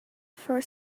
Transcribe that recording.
for